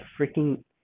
freaking